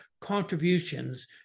contributions